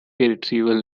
retrieval